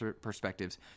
perspectives